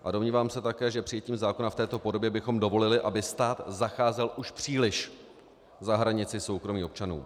A domnívám se také, že přijetím zákona v této podobě bychom dovolili, aby stát zacházel už příliš za hranici soukromí občanů.